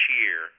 year